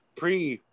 pre